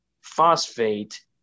phosphate